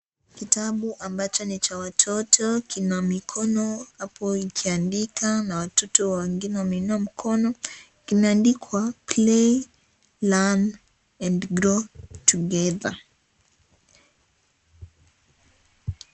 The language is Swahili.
Kitambu ambacho ni cha watoto, kina mikono hapo ikiandika na watotu wengine wameinua mikono, kimeandikwa, play, learn, and grow together.